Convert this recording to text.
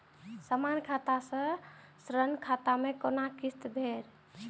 समान खाता से ऋण खाता मैं कोना किस्त भैर?